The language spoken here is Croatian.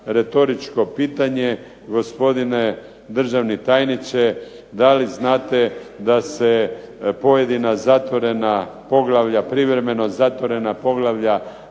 retoričko pitanje, gospodine državni tajniče da li znate da se pojedina zatvorena poglavlja, privremeno zatvorena poglavlja